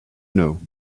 know